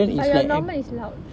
but your normal is loud